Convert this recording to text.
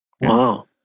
wow